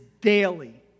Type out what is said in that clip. daily